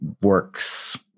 works